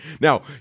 Now